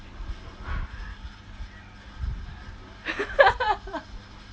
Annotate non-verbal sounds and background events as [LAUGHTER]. [LAUGHS]